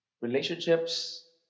Relationships